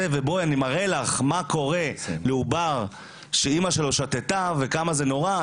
ואני אראה לך מה קורה לעובר שאמא שלו שתתה וכמה זה נורא",